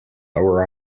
lower